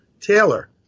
Taylor